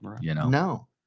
No